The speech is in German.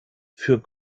für